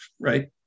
right